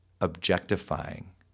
objectifying